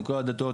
מכל הדתות,